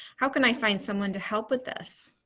how can i find someone to help with this?